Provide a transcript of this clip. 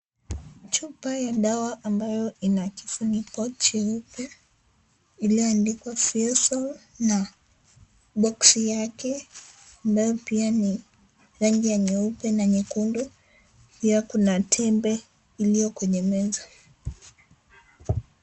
Chupa ya dawa ambayo ina kifuniko cheupe ilioandikwa (cs) vestle (cs) na (cs)box(cs) yake nayo pia ni rangi nyeupe na nyekundu pia kuna tembe iliyo kwenye meza.